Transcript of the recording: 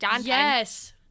yes